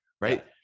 right